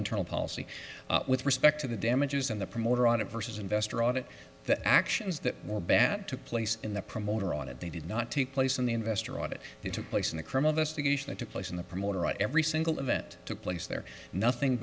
internal policy with respect to the damages and the promoter on it versus investor audit the actions that were bad took place in the promoter on it they did not take place in the investor audit that took place in the crime of us to gauge that took place in the promoter every single event took place there nothing